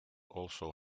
also